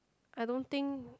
I don't think